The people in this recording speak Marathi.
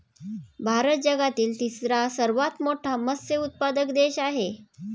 भारत जगातील तिसरा सर्वात मोठा मत्स्य उत्पादक देश आहे